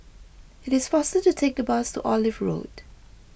it is faster to take the bus to Olive Road